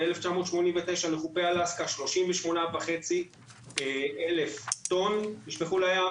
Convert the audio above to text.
ב-1989 לחופי אלסקה 38,500 טון נשפכו לים,